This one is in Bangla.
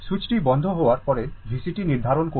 সুইচ টি বন্ধ হওয়ার পরে VCt নির্ধারণ করুন